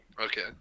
Okay